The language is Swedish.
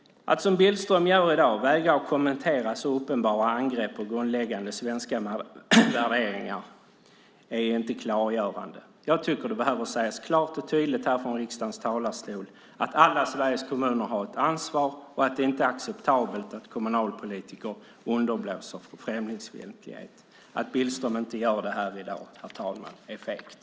Att, som Billström gör i dag, vägra kommentera så uppenbara angrepp på grundläggande svenska värderingar är inte klargörande. Jag tycker att det behöver sägas klart och tydligt från riksdagens talarstol att alla Sveriges kommuner har ett ansvar och att det inte är acceptabelt att kommunalpolitiker underblåser främlingsfientlighet. Att Billström inte gör det i dag, herr talman, är fegt.